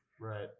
Right